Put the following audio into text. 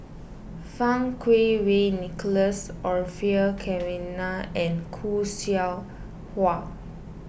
Fang Kuo Wei Nicholas Orfeur Cavenagh and Khoo Seow Hwa